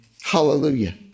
Hallelujah